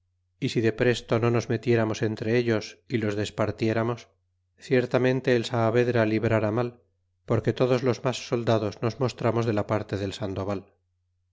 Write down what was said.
y si de presto no nos metieramos entre ellos y los despartieramos ciertamente el saveedra librara mal porque todos los mas soldados nos mostramos de la parte del sandoval